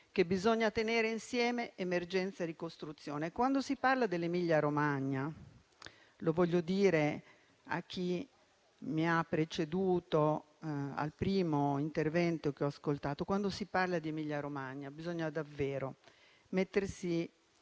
che bisogna tenere insieme emergenza e ricostruzione. Quando si parla dell'Emilia-Romagna - lo voglio dire a chi mi ha preceduto, al primo intervento che ho ascoltato - bisogna davvero mettersi